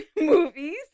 movies